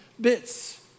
bits